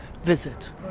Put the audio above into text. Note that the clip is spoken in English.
visit